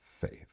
faith